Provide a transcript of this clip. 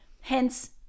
Hence